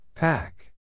Pack